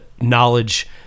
knowledge